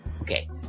Okay